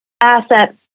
asset